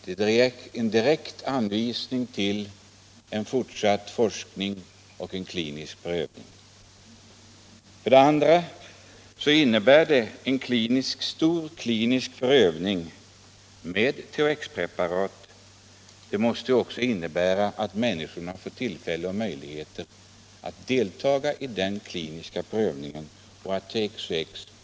Det är en direkt anmaning till fortsatt forskning och klinisk prövning. För det andra måste en stor klinisk prövning med THX-preparat också innebära att människorna får tillfälle och möjlighet att delta i den kliniska prövningen.